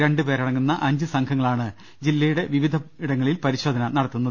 രണ്ടു പേരടങ്ങുന്ന അഞ്ച് സംഘങ്ങളാണ് ജില്ലയുടെ വിവിധ ഇടങ്ങളിൽ പ രിശോധന നടത്തുന്നത്